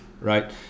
right